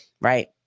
right